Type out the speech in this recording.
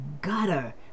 gutter